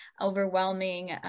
overwhelming